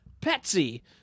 Petsy